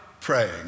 praying